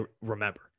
remember